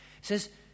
says